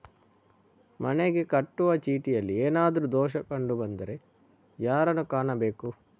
ಮನೆಗೆ ಕಟ್ಟುವ ಚೀಟಿಯಲ್ಲಿ ಏನಾದ್ರು ದೋಷ ಕಂಡು ಬಂದರೆ ಯಾರನ್ನು ಕಾಣಬೇಕು?